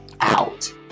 out